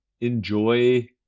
enjoy